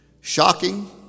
shocking